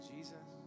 Jesus